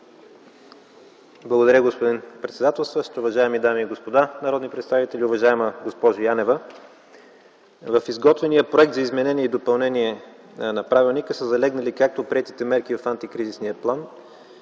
Благодаря, господин председателстващ. Уважаеми дами и господа народни представители, уважаема госпожо Янева! В изготвения проект за изменение и допълнение на правилника са залегнали както приетите мерки от антикризисния план,